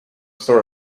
sort